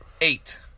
Eight